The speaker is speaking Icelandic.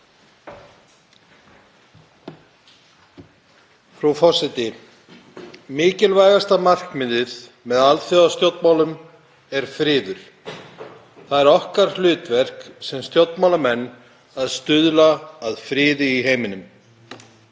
Frú forseti. Mikilvægasta markmiðið með alþjóðastjórnmálum er friður. Það er okkar hlutverk sem stjórnmálamenn að stuðla að friði í heiminum.